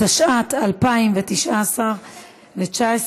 התשע"ט 2019,